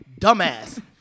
Dumbass